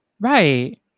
right